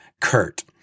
Kurt